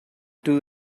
too